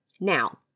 Now